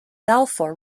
balfour